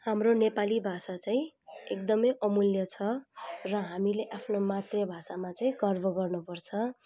हाम्रो नेपाली भाषा चाहिँ एकदमै अमूल्य छ र हामीले आफ्नो मातृभाषामा चाहिँ गर्व गर्नुपर्छ